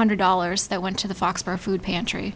hundred dollars that went to the fox for food pantry